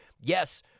yes